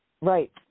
Right